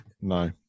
no